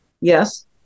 Yes